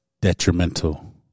detrimental